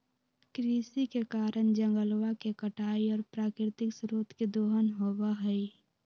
कृषि के कारण जंगलवा के कटाई और प्राकृतिक स्रोत के दोहन होबा हई